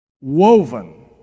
woven